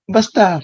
Basta